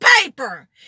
paper